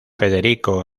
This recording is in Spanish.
federico